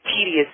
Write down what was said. tedious